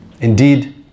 Indeed